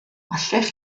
allech